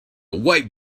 white